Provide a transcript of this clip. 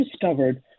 discovered